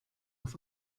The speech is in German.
auf